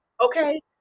Okay